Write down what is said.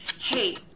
hey